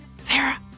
Sarah